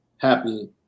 Happy